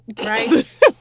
Right